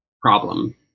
problem